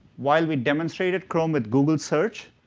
while we demonstrated chrome with google search,